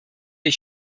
ich